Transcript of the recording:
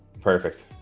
Perfect